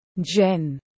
Jen